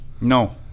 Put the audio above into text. no